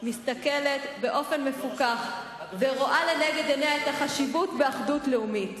מסתכלת באופן מפוקח ורואה לנגד עיניה את החשיבות באחדות לאומית.